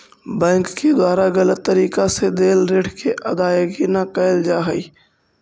bank के द्वारा गलत तरीका से देल ऋण के अदायगी न कैल जा हइ